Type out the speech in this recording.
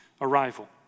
arrival